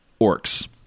Orcs